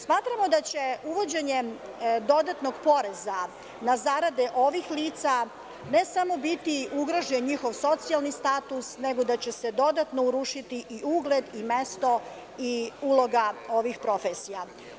Smatramo da će uvođenjem dodatno poreza na zarade ovih lica, ne samo biti ugrožen njihov socijalni status, nego da će se dodatno urušiti ugled i mesto i uloga ovih profesija.